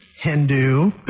Hindu